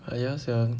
ah ya sia